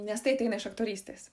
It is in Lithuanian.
nes tai ateina iš aktorystės